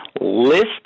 list